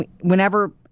whenever